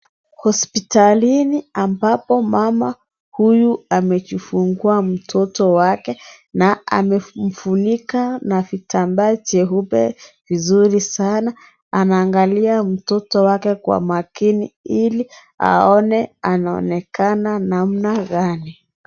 Hospitalini ambapo mama huyu amejifungua mtoto wake na amemfunika vitambaa jeupe vizuri sana, anaangalia mtoto wake kwa makini ili aone anaonekana namna gani.